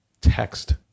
text